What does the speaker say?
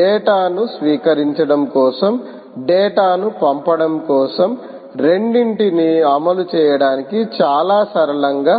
data ను స్వీకరించడం కోసం డేటా ను పంపడం కోసం రెండింటినీ అమలు చేయడానికి చాలా సరళంగా